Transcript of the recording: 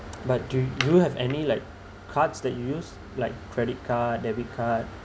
but do do you have any like cards that you use like credit card debit card